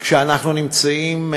כשאנחנו נמצאים,